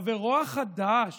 חברו החדש